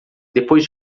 depois